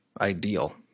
ideal